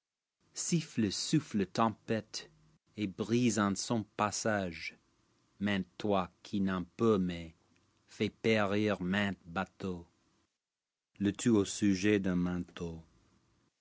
siffle souffle tempête et brise en son passage maint loil qui n'en peut mais fait périr maint bateau le tout a sujet d'un manteau